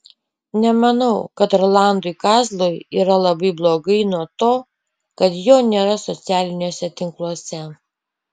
nemanau kad rolandui kazlui yra labai blogai nuo to kad jo nėra socialiniuose tinkluose